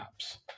apps